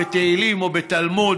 בתהילים או בתלמוד.